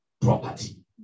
property